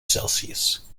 celsius